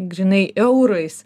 grynai eurais